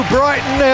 Brighton